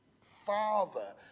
Father